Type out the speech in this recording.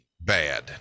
bad